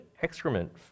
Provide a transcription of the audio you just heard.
excrement